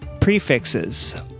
prefixes